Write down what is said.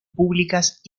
públicas